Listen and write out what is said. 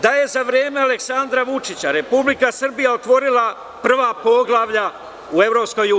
Da je za vreme Aleksandra Vučića Republika Srbija otvorila prva poglavlja u EU.